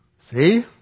See